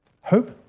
hope